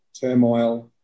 turmoil